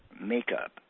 makeup